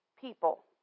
people